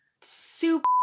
super